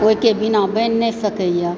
ओहिके बिना बनि नहि सकैया